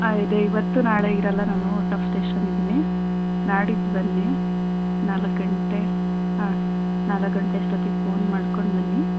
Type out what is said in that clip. ಇದೆ ಇವತ್ತು ನಾಳೆ ಇರಲ್ಲ ನಾನು ಔಟ್ ಆಫ್ ಸ್ಟೇಷನ್ ಇದ್ದೀನಿ ನಾಡಿದ್ದು ಬನ್ನಿ ನಾಲ್ಕು ಗಂಟೆ ಹಾಂ ನಾಲ್ಕು ಗಂಟೆ ಅಷ್ಟೊತ್ತಿಗೆ ಫೋನ್ ಮಾಡ್ಕೊಂಡು ಬನ್ನಿ